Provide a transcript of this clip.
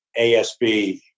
ASB